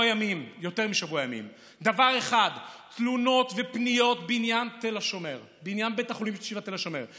ימים: תלונות ופניות בעניין בית החולים שיבא תל השומר.